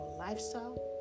lifestyle